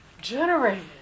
generated